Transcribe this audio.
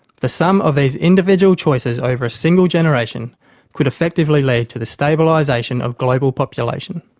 the sum of these individual choices over a single generation could effectively lead to the stabilisation of global population.